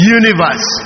universe